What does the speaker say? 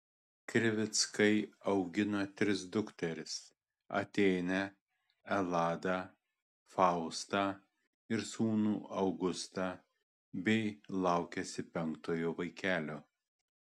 krivickai augina tris dukteris atėnę eladą faustą ir sūnų augustą bei laukiasi penktojo vaikelio